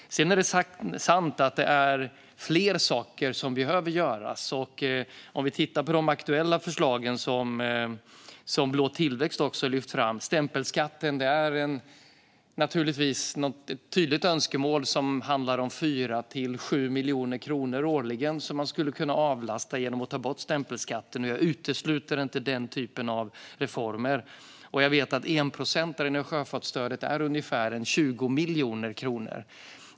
Sedan är det sant att det är fler saker som behöver göras. Om vi tittar på de aktuella förslag som Blå tillväxt har lyft fram ser vi att stämpelskatten är ett tydligt önskemål. Det handlar om 4-7 miljoner kronor årligen som man skulle kunna avlasta med genom att ta bort stämpelskatten, och jag utesluter inte den typen av reformer. Jag vet också att enprocentaren i sjöfartsstödet är ungefär 20 miljoner kronor.